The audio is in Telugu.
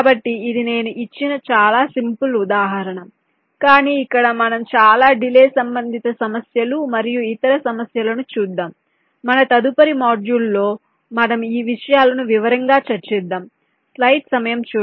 కాబట్టి ఇది నేను ఇచ్చిన చాలా సింపుల్ ఉదాహరణ కానీ ఇక్కడ మనం చాలా డిలే సంబంధిత సమస్యలు మరియు ఇతర సమస్యలను చూద్దాం మన తదుపరి మాడ్యూళ్ళలో మనము ఈ విషయాలను వివరంగా చర్చిద్దాము